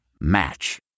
Match